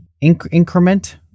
increment